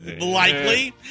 Likely